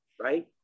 right